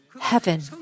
heaven